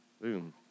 Boom